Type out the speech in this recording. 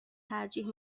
ترجیح